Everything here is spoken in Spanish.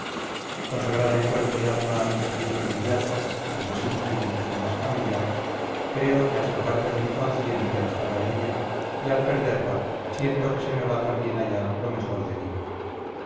consagrada en cuerpo y alma a mi servicio inmediato el más íntimo el más familiar creo que hasta parte de mi conciencia estaba en ella y al perderla siento que se me va también allá lo mejor de mí